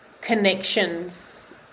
connections